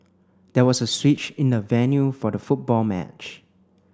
there was a switch in the venue for the football match